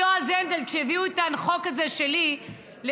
כשהביאו את החוק שלי לדיון,